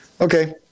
Okay